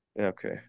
Okay